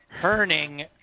Herning